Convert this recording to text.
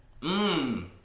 Mmm